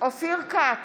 אופיר כץ,